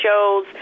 shows